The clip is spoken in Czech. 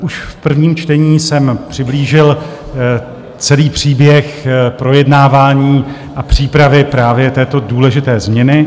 Už v prvním čtení jsem přiblížil celý příběh projednávání a přípravy právě této důležité změny.